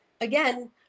again